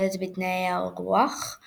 כאשר כל נבחרת תשחק שלושה משחקים בשלב הבתים.